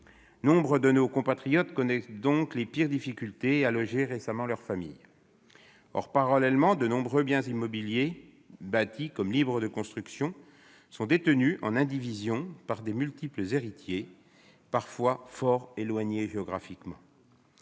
Nombre de nos compatriotes rencontrent donc les pires difficultés à loger décemment leur famille. Parallèlement, beaucoup de biens immobiliers, bâtis ou libres de construction, sont détenus en indivision par de multiples héritiers, parfois fort éloignés géographiquement.